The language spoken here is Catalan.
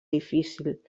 difícil